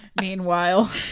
Meanwhile